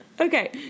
Okay